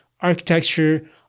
architecture